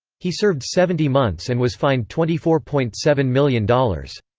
he served seventy months and was fined twenty four point seven million dollars.